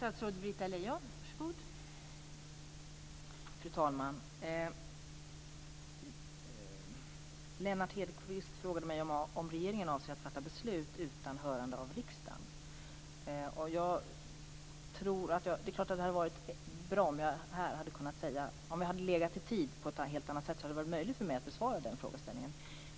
Fru talman! Lennart Hedquist frågade mig om regeringen avser att fatta beslut utan hörande av riksdagen. Det är klart att det hade varit bra om jag här hade kunnat säga någonting. Om vi hade legat i tid på ett helt annat sätt hade det varit möjligt för mig att besvara den frågeställningen.